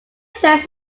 plans